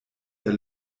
der